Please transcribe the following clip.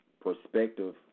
perspective